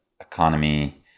economy